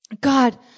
God